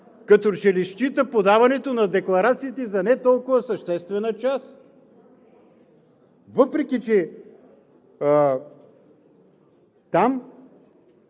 като че ли счита подаването на декларациите за не толкова съществена част, въпреки че там